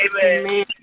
Amen